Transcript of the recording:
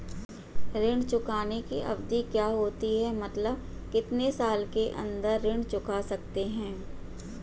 ऋण चुकाने की अवधि क्या होती है मतलब कितने साल के अंदर ऋण चुका सकते हैं?